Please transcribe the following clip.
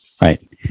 Right